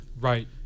Right